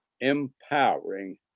empowering